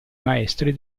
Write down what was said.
maestri